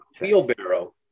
wheelbarrow